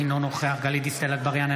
אינו נוכח גלית דיסטל אטבריאן,